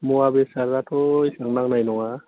मुवा बेसादाथ' एसेबां नांनाय नङा